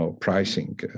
pricing